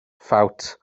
ffawt